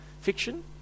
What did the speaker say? fiction